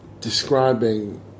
describing